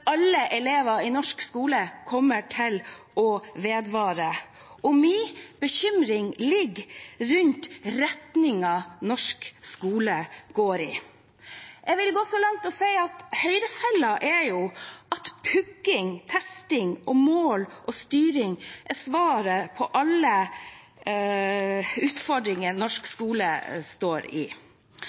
alle elever i norsk skole kommer til å vedvare. Min bekymring dreier seg om retningen norsk skole går i. Jeg vil gå så langt som til å si at Høyre-fellen er at pugging, testing, mål og styring er svaret på alle utfordringer norsk skole står i.